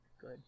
Good